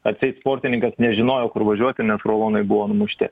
atseit sportininkas nežinojo kur važiuoti nes rulonai buvo numušti